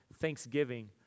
thanksgiving